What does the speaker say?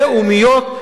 לאומיות,